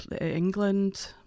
England